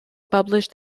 publish